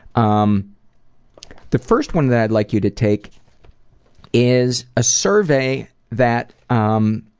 um the first one that i'd like you to take is a survey that um